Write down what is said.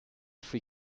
three